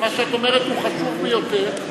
מה שאת אומרת הוא חשוב ביותר,